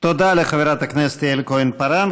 תודה לחברת הכנסת יעל כהן-פארן.